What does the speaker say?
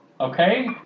Okay